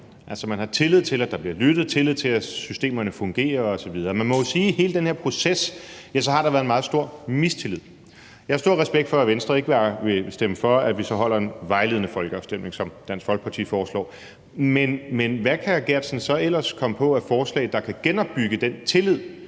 man har tillid til, at der bliver lyttet, tillid til, at systemerne fungerer osv. Man må jo sige, at i hele den her proces har der været en meget stor mistillid. Jeg har stor respekt for, at Venstre ikke vil stemme for, at vi så holder en vejledende folkeafstemning, som Dansk Folkeparti foreslår. Men hvad kan hr. Martin Geertsen så ellers komme på af forslag, der kan genopbygge den tillid,